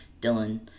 Dylan